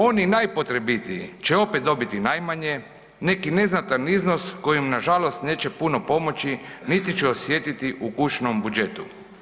Oni najpotrebitiji će opet dobiti najmanje, neki neznatan iznos koji im nažalost neće puno pomoći niti će osjetiti u kućnom budžetu.